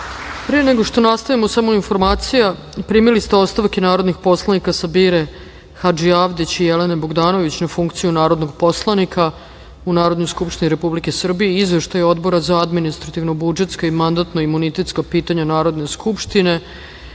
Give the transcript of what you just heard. vam. Pre nego što nastavimo, samo informacija. Primili ste ostavke narodnih poslanika Sabire Hadžiavdić i Jelene Bogdanović na funkciju narodnog poslanika u Narodnoj skupštini Republike Srbije i Izveštaj Odbora za administrativno-budžetska i mandatno-imunitetska pitanja Narodne skupštine. Saglasno